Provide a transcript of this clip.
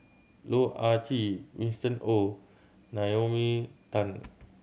Loh Ah Chee Winston Oh Naomi Tan